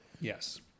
Yes